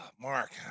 Mark